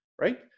right